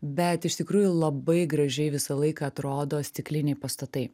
bet iš tikrųjų labai gražiai visą laiką atrodo stikliniai pastatai